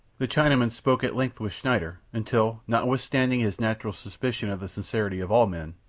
the chinaman spoke at length with schneider, until, notwithstanding his natural suspicion of the sincerity of all men,